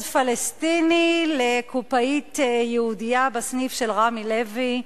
פלסטיני לקופאית יהודייה בסניף של רמי לוי.